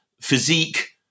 physique